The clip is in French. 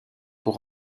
pour